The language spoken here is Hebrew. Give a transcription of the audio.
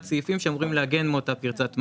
סעיפים שאמורים להגן מאותה פרצת מס,